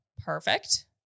Perfect